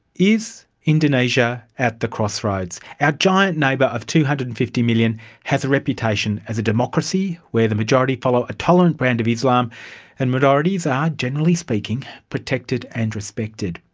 is indonesia at the crossroads? our giant neighbour of two hundred and fifty million has a reputation as a democracy where the majority follow a tolerant brand of islam and minorities are, generally speaking, protected and respected.